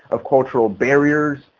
of cultural barriers,